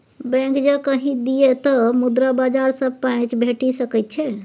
bank जँ कहि दिअ तँ मुद्रा बाजार सँ पैंच भेटि सकैत छै